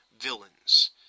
villains